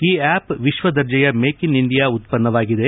ಈ ಆಪ್ ವಿಶ್ವದರ್ಜೆಯ make in India ಉತ್ಪನ್ನವಾಗಿದೆ